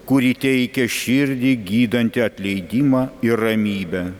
kuri teikia širdį gydantį atleidimą ir ramybę